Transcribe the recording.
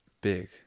big